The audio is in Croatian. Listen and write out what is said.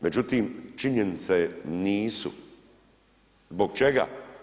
Međutim činjenica je nisu, zbog čega?